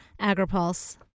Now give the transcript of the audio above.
AgriPulse